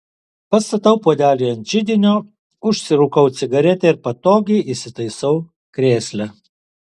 pastatau puodelį ant židinio užsirūkau cigaretę ir patogiai įsitaisau krėsle